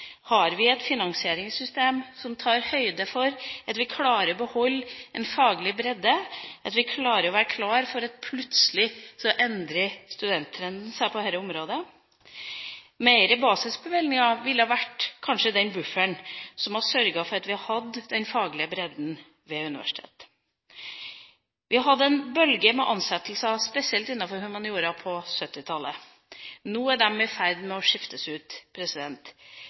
Har vi et finansieringssystem som tar høyde for at vi beholder en faglig bredde, og for at studenttrenden plutselig endrer seg? Flere basisbevilgninger ville kanskje vært den bufferen som hadde sørget for at vi hadde den faglige bredden ved universitetene. Vi hadde en bølge med ansettelser spesielt innenfor humaniora på 1970-tallet. Nå er de i ferd med å skiftes ut.